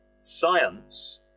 science